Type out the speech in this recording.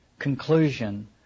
conclusion